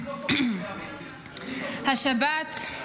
השבת,